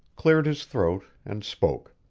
cleared his throat, and spoke.